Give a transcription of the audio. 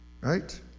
Right